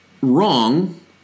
wrong